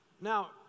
Now